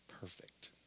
perfect